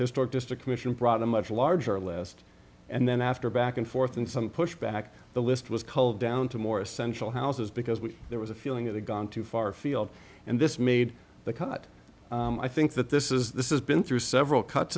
historic district commission brought a much larger list and then after back and forth and some push back the list was called down to more essential houses because we there was a feeling that had gone too far field and this made the cut i think that this is this is been through several cuts